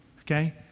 Okay